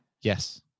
Yes